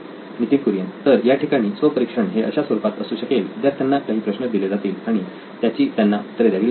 नितीन कुरियन तर याठिकाणी स्वपरीक्षण हे अशा स्वरुपात असू शकेल विद्यार्थ्यांना काही प्रश्न दिले जातील आणि त्याची त्यांना उत्तरे द्यावी लागतील